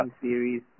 series